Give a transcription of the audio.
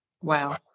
Wow